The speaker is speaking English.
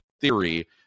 theory